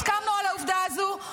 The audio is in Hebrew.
הסכמנו על העובדה הזאת?